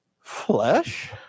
flesh